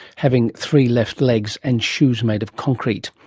having three left legs and shoes made of concrete.